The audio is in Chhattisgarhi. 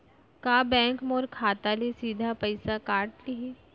का बैंक मोर खाता ले सीधा पइसा काट लिही?